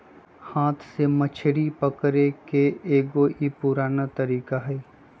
हाथ से मछरी पकड़े के एगो ई पुरान तरीका हई